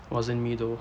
wasn't me though